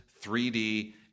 3D